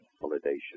consolidation